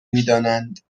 میدانند